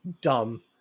dumb